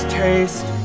taste